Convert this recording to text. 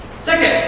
second,